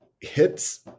hits